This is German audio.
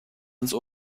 ins